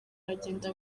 aragenda